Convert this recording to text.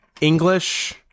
English